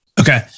Okay